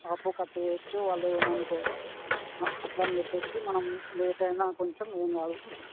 ఆ అప్పు కట్టేయవచ్చు వాళ్ళు ఏమి అనుకోరు అట్లా అని చెప్పేసి మనం లేట్ అయినా కొంచెం ఏం కాదు